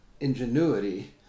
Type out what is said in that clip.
ingenuity